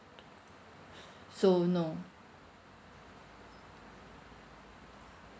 so no